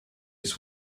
his